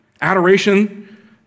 adoration